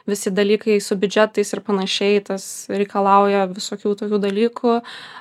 visi dalykai su biudžetais ir panašiai tas reikalauja visokių tokių dalykų